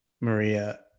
Maria